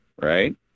right